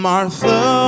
Martha